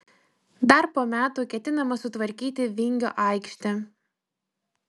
dar po metų ketinama sutvarkyti vingio aikštę